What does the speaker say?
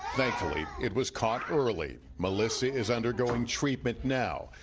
thankfully, it was caught early. melissa is undergoing treatment now,